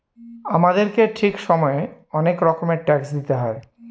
আমাদেরকে ঠিক সময়ে অনেক রকমের ট্যাক্স দিতে হয়